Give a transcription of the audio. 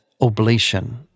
oblation